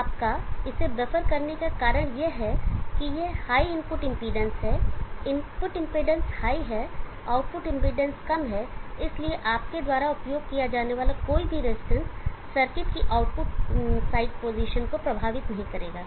आपका इसे बफर करने का कारण यह है कि यह हाई इनपुट इंपेडेंस है इनपुट इंपेडेंस हाई है आउटपुट इंपेडेंस कम है इसलिए आपके द्वारा उपयोग किया जाने वाला कोई भी रेजिस्टेंस सर्किट की आउटपुट साइड पोजीशन को प्रभावित नहीं करेगा